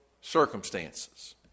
circumstances